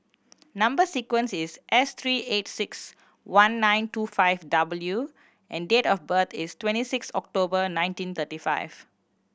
number sequence is S three eight six one nine two five W and date of birth is twenty six October nineteen thirty five